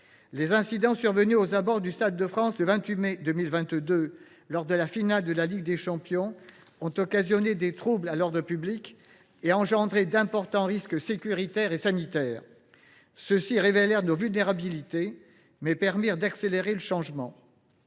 Les incidents survenus aux abords du Stade de France, le 28 mai 2022, lors de la finale de la Ligue des champions, ont occasionné des troubles à l’ordre public et provoqué d’importants risques sécuritaires et sanitaires. Ils ont révélé nos vulnérabilités, mais ont permis d’accélérer le changement.